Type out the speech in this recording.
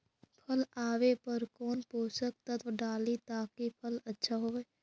फल आबे पर कौन पोषक तत्ब डाली ताकि फल आछा होबे?